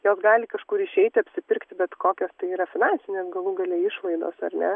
jos gali kažkur išeiti apsipirkti bet kokios tai yra finansinės galų gale išlaidos ar ne